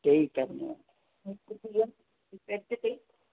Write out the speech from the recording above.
हिकु थी वियो